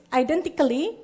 identically